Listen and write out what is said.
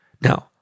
Now